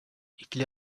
ikili